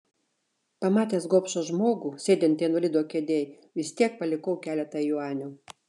pamatęs gobšą žmogų sėdintį invalido kėdėj vis tiek palikau keletą juanių